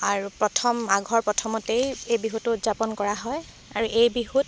আৰু প্ৰথম মাঘৰ প্ৰথমতেই এই বিহুটো উদযাপন কৰা হয় আৰু এই বিহুত